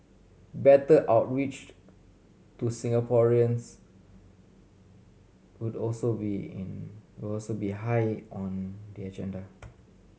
better outreach to Singaporeans would also be in would also be high on the agenda